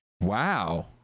Wow